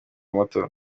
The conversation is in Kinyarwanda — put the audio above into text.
muto